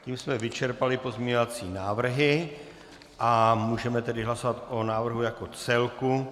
Tím jsme vyčerpali pozměňovací návrhy a můžeme hlasovat o návrhu jako celku.